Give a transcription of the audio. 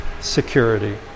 Security